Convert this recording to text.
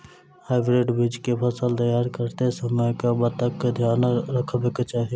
Hybrid बीज केँ फसल तैयार करैत समय कऽ बातक ध्यान रखबाक चाहि?